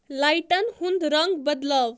لایٹَن ہُنٛد رنٛگ بدلاو